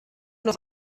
noch